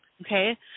okay